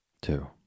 Two